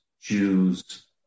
Jews